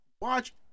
watch